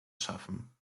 schaffen